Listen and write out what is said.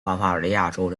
巴伐利亚州